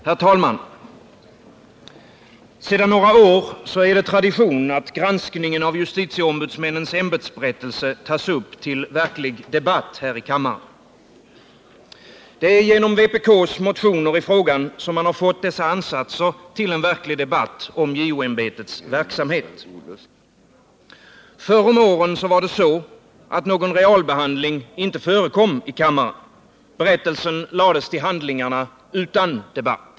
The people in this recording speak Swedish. Herr talman! Sedan några år är det tradition att granskningen av justitieombudsmännens ämbetsberättelse tas upp till verklig debatt här i kammaren. Det är genom vpk:s motioner i frågan som man fått dessa ansatser till en verklig debatt om JO-ämbetets verksamhet. Förr om åren var det så, att någon realbehandling inte förekom i kammaren. Berättelsen lades till handlingarna utan debatt.